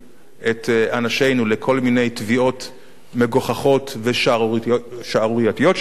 את אנשינו לכל מיני תביעות מגוחכות ושערורייתיות שכאלה,